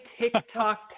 TikTok